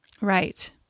Right